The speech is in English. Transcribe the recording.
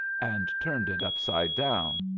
and turned it upside down.